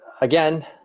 again